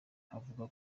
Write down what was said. havuga